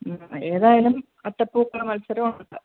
ആ ഏതായാലും അത്തപ്പൂക്കള മത്സരം ഉണ്ട്